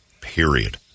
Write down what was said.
period